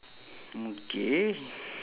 mm K